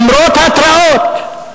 למרות ההתרעות,